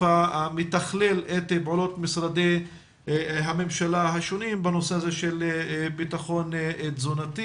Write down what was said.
המתכלל את פעולות משרדי הממשלה השונים בנושא של בטחון תזונתי.